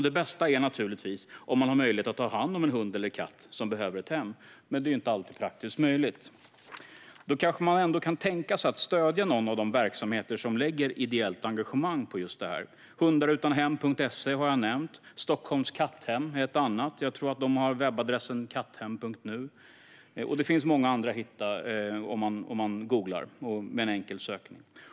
Det bästa är naturligtvis om man har möjlighet att ta hand om en hund eller katt som behöver ett hem, men det är inte alltid praktiskt möjligt. Då kanske man kan tänka sig att stödja någon av de verksamheter som lägger ideellt engagemang på just detta. Hundarutanhem.se har jag nämnt. Stockholms katthem är ett annat, med webbadressen katthemmet.nu. Det finns många andra att hitta om man söker på nätet.